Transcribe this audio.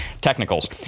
technicals